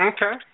Okay